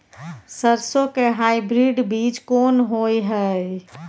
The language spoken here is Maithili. सरसो के हाइब्रिड बीज कोन होय है?